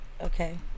Okay